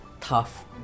tough